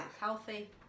healthy